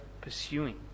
pursuing